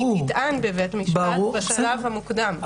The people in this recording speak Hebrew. והיא תטען בבית משפט בשלב המוקדם.